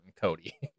Cody